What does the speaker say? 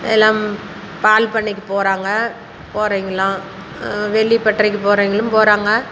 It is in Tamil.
எல்லாம் பால் பண்ணைக்குப் போகிறாங்க போறவங்கள்லாம் வெள்ளிப் பட்டறைக்கு போறவங்களும் போகிறாங்க